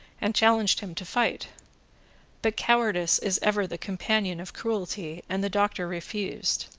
and challenged him to fight but cowardice is ever the companion of cruelty and the doctor refused.